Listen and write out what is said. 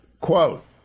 quote